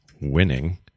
Winning